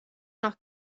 noch